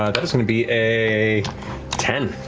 matt that is going to be a ten.